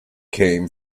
came